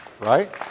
Right